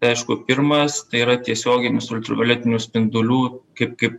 tai aišku pirmas tai yra tiesioginis ultravioletinių spindulių kaip kaip